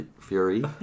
fury